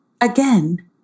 Again